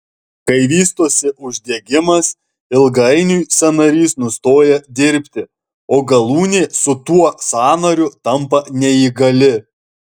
kai vystosi uždegimas ilgainiui sąnarys nustoja dirbti o galūnė su tuo sąnariu tampa neįgali